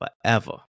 forever